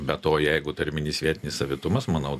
be to jeigu tarminis vietinis savitumas manau